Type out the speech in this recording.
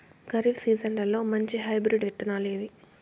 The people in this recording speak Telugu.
ఖరీఫ్ సీజన్లలో మంచి హైబ్రిడ్ విత్తనాలు ఏవి